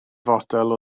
fotel